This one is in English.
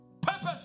Purpose